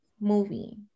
movie